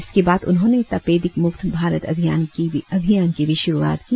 इसके बाद उन्होंने तपेदिक मुक्त भारत अभियान की भी शुरुआत की